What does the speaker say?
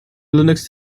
linux